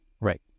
Right